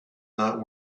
not